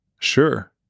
sure